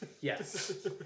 Yes